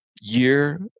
year